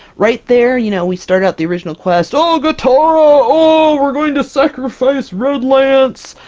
right there, you know we start out the original quest, oh gotara! oh we're going to sacrifice redlance!